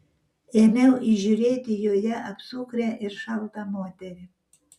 ėmiau įžiūrėti joje apsukrią ir šaltą moterį